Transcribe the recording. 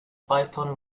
python